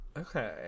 okay